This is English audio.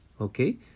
Okay